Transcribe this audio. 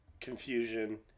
confusion